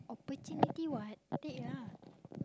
opportunity [what] take ah